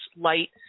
light